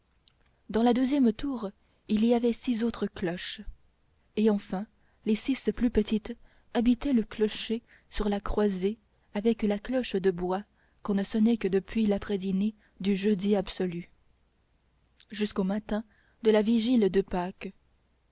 dans la deuxième tour il y avait six autres cloches et enfin les six plus petites habitaient le clocher sur la croisée avec la cloche de bois qu'on ne sonnait que depuis laprès dîner du jeudi absolu jusqu'au matin de la vigile de pâques